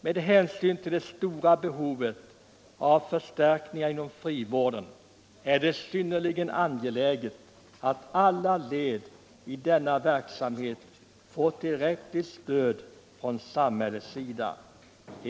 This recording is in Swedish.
Med hänsyn till det stora behov av förstärkningar inom frivården är det synnerligen angeläget att alla led i denna verksamhet får tillräckligt stöd från samhällets sida.